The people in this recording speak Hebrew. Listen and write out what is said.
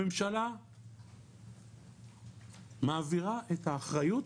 הממשלה מעבירה את האחריות